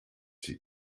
sie